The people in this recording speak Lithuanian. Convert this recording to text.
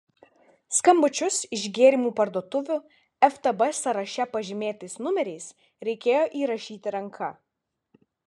skambučius iš gėrimų parduotuvių ftb sąraše pažymėtais numeriais reikėjo įrašyti ranka